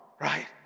right